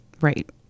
Right